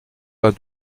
pas